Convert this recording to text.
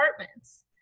apartments